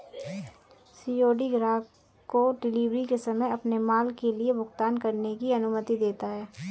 COD ग्राहक को delivery के समय अपने माल के लिए भुगतान करने की अनुमति देता है